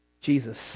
Jesus